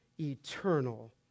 eternal